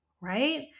Right